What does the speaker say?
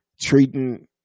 treating